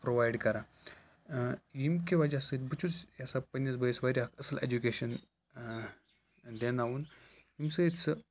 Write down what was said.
provide کران ٲں ییٚمہِ کہِ وَجہِ سٟتۍ بہٕ چھُس یژھان پَننِس بٲیِس واریاہ اَصٕل ایٚجُوکِیشَن دِیناوُن ییٚمہِ سٟتۍ سُہ